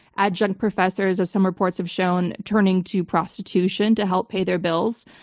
adjunct professors as some reports have shown turning to prostitution to help pay their bills,